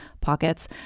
pockets